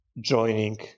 joining